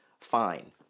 fine